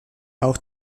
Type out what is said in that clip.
auch